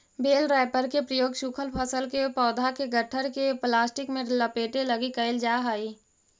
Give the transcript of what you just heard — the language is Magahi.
बेल रैपर के प्रयोग सूखल फसल के पौधा के गट्ठर के प्लास्टिक में लपेटे लगी कईल जा हई